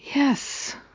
yes